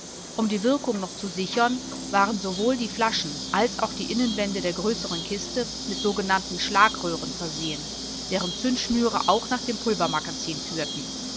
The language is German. um die wirkung noch zu sichern waren sowohl die flaschen als auch die innenwände der größeren kiste mit sogenannten schlagröhren versehen deren zündschnüre auch nach dem pulvermagazin führten